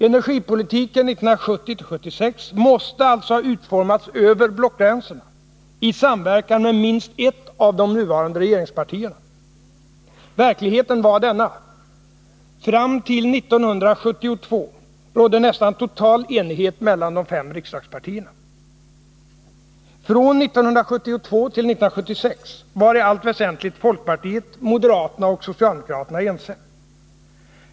Energipolitken 1970-1976 måste alltså ha utformats över blockgränserna i samverkan med minst ett av de nuvarande regeringspartierna. Verkligheten var denna: Fram till 1972 rådde nästan total enighet mellan de fem riksdagspartierna. Från 1972 till 1976 var i allt väsentligt folkpartiet, moderaterna och socialdemokraterna ense.